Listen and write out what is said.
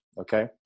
Okay